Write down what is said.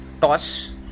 toss